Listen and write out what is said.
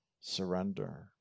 surrender